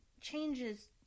changes